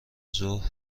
ظهر